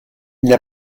n’a